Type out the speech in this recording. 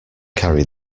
carry